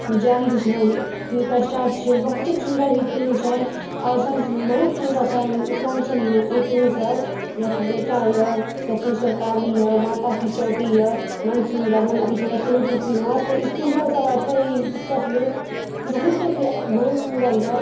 जानी दुश्मन हिनकर स्टार छियनि बहुतेक सुन्दर ही फिल्म छनि आओर सङ्ग बहुत सुन्दर छनि मिथिलाञ्चलमे ई फिल्म सब जेनाकी बेटा यऽ दक्षिणेश्वर काली यऽ माता की चौकी यऽ मन सुन्दर मन अतिसुन्दर सिन्दूर की कीमत ई सीरियल सब फेर ई पिक्चर सब जे ई बहुतेक ही बहुत सुन्दर यऽ